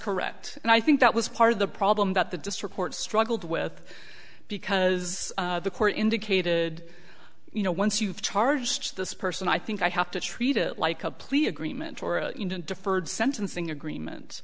correct and i think that was part of the problem that the district court struggled with because the court indicated you know once you've charged this person i think i have to treat it like a plea agreement or a deferred sentencing agreement